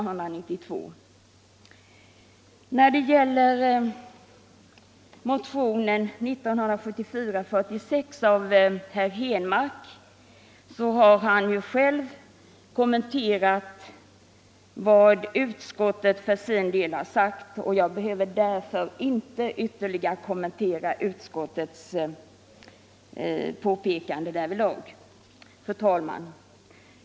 Herr Henmark har själv kommenterat vad utskottet sagt om hans motion nr 46, och jag behöver därför inte ytterligare gå in på utskottets påpekande därvidlag. Fru talman!